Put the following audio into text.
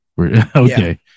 Okay